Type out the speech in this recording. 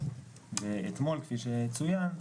ואתמול כפי שצוין,